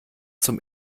zum